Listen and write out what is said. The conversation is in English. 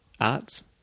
Arts